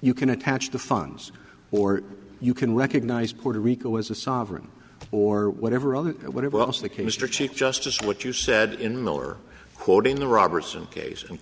you can attach the funds or you can recognize puerto rico as a sovereign or whatever other whatever else they came mr chief justice what you said in miller quoting the robertson case and